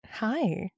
Hi